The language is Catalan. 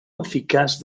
eficaç